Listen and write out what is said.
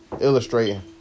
illustrating